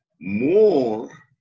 more